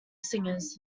singers